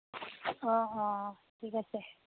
অঁ অঁ ঠিক আছে